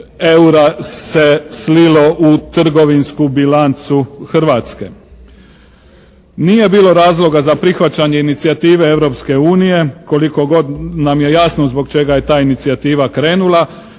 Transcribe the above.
eura se slilo u trgovinsku bilancu Hrvatske. Nije bilo razloga za prihvaćanje inicijative Europske unije koliko god nam je jasno zbog čega je ta inicijativa krenula,